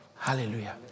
Hallelujah